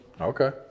Okay